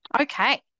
Okay